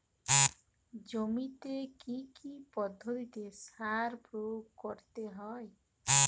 জমিতে কী কী পদ্ধতিতে সার প্রয়োগ করতে হয়?